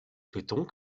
souhaitons